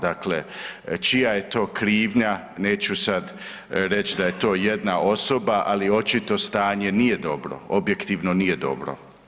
Dakle, čija je to krivnja neću sad reć da je to jedna osoba, ali očito stanje nije dobro, objektivno nije dobro.